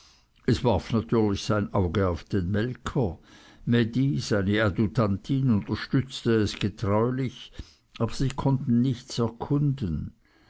es warf natürlich sein auge auf den melker mädi seine adjutantin unterstützte es getreulich aber sie konnten nichts erkunden